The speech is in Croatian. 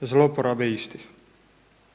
zlouporabe istih.